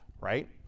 right